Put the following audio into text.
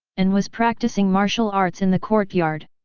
and was practicing martial arts in the courtyard.